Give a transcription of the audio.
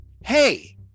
hey